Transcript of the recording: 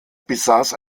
besass